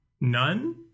None